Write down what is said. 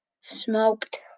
smoked